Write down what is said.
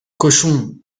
cochon